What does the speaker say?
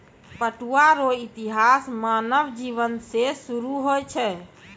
पटुआ रो इतिहास मानव जिवन से सुरु होय छ